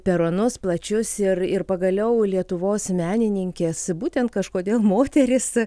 peronus plačius ir ir pagaliau lietuvos menininkės būtent kažkodėl moterys